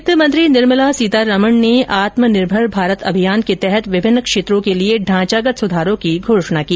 वित्तमंत्री निर्मला सीतारामन ने आत्मनिर्भर भारत अभियान के तहत विभिन्न क्षेत्रों के लिए ढांचागत सुधारों की घोषणा की